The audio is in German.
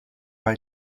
bei